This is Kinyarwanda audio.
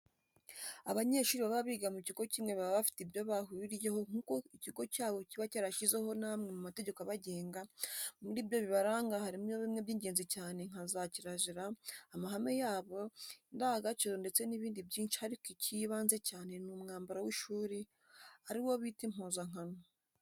Abanyeshuri baba biga mu kigo kimwe baba bafite ibyo bahuriyeho nk'uko ikigo cyabo kiba cyarashyizeho n'amwe mu mategeko abagenga, muri ibyo bibaranga harimo bimwe by'ingenzi cyane nka za kirazira, amahame yabo, indangagaciro ndetse n'ibindi byinshi ariko icyibanze cyane ni umwambaro w'ishuri ari wo bita impuzankano.